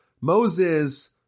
Moses